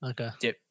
Okay